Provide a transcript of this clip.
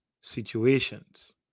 situations